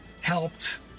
helped